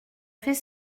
fait